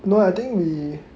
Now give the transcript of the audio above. no I think we